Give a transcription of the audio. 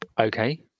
Okay